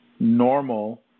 Normal